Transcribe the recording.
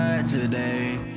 today